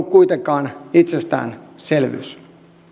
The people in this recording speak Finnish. kuitenkaan itsestäänselvyys